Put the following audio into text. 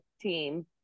team